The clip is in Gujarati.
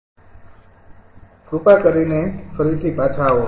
તેથી કૃપા કરીને ફરીથી પાછા આવો